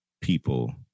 people